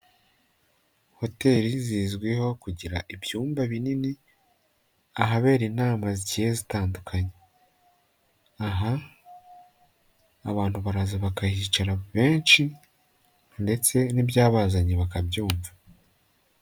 Hoteli zizwiho kugira ibyumba binini ahabera inama zigiye zitandukanye. Aha abantu baraza bakahicara benshi ndetse n'ibyabazanye bakabyumva.